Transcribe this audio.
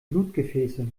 blutgefäße